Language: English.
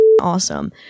awesome